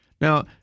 Now